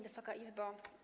Wysoka Izbo!